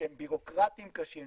שהם בירוקרטיים קשים.